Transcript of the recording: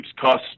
cost